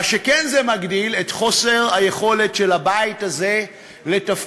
מה שזה כן מגדיל זה את חוסר היכולת של הבית הזה לתפקד,